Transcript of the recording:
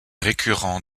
récurrents